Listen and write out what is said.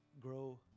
grow